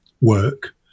Work